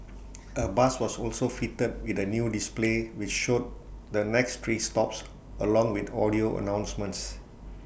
A bus was also fitted with A new display which showed the next three stops along with audio announcements